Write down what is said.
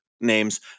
names